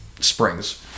springs